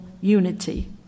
unity